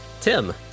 Tim